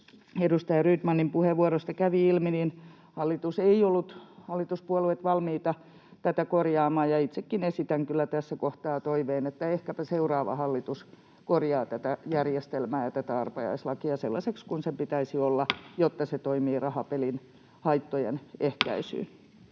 edustaja Rydmanin puheenvuorosta kävi ilmi, hallituspuolueet eivät olleet valmiita tätä korjaamaan. Itsekin esitän kyllä tässä kohtaa toiveen, että ehkäpä seuraava hallitus korjaa tätä järjestelmää ja tätä arpajaislakia sellaisiksi kuin niiden pitäisi olla, jotta ne toimivat rahapelin haittojen ehkäisyssä.